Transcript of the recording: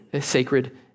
sacred